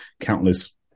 countless